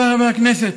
חבריי חברי הכנסת,